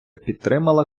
підтримала